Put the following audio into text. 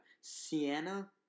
Sienna